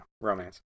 romance